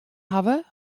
hawwe